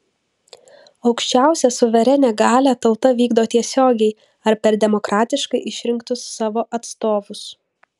aukščiausią suverenią galią tauta vykdo tiesiogiai ar per demokratiškai išrinktus savo atstovus